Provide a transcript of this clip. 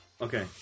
Okay